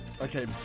okay